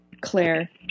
Claire